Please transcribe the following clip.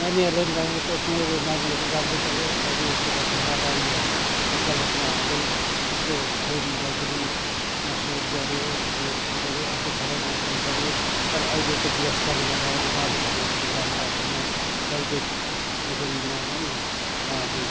नानीहरूलाई पनि राम्रै मेरो नानीहरूलाई राम्रै पढाएँ मैले एकजना छोरालाई यो वकालतमा हालेँ अर्को छोरीलाई पनि मास्टरेट गरेँ बिएड पनि गऱ्यो अर्को छोराले मास्टरै गऱ्यो तर अहिलेको व्यवस्थाले गर्दा उनीहरूले भनेको जस्तो काम पाएको छैन प्राइभेट नोकरीमा नै उहाँहरूले